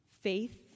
faith